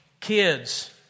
kids